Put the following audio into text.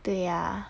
对 ah